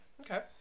Okay